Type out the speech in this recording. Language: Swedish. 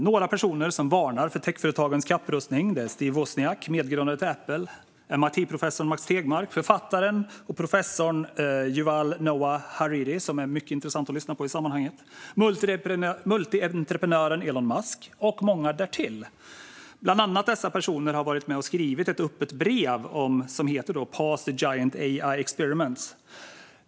Några personer som varnar för techföretagens kapprustning är Steve Wozniak, medgrundare till Apple, MIT-professorn Max Tegmark, författaren och professorn Yuval Noah Harari, som är mycket intressant att lyssna på i sammanhanget, multientreprenören Elon Musk och många därtill. Dessa personer, bland andra, har varit med och skrivit ett öppet brev som heter Pause Giant AI Ex periments .